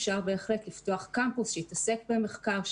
אפשר בהחלט לפתוח קמפוס שיתעסק במחקר,